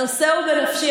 הנושא הוא בנפשי.